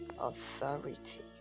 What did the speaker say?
authority